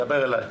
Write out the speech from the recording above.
תדבר אליי.